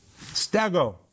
Stego